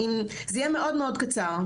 אז זה יהיה מאוד מאוד קצר.